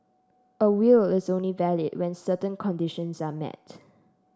a will is only valid when certain conditions are met